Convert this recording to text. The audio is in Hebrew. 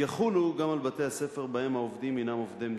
יחולו גם על בתי-הספר שבהם העובדים הם עובדי המדינה,